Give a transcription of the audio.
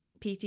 PT